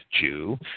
Jew